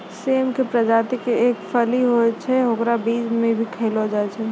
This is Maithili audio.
सेम के प्रजाति के एक फली होय छै, हेकरो बीज भी खैलो जाय छै